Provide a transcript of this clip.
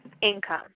income